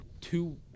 two